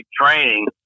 training